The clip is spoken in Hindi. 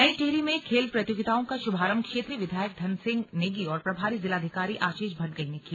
नई टिहरी में खेल प्रतियोगिताओं का शुभारम्भ क्षेत्रीय विधायक धन सिंह नेगी और प्रभारी जिलाधिकारी आशीष भटगई ने किया